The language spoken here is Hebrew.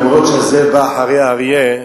אף שהזאב בא אחרי האריה,